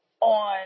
on